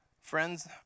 Friends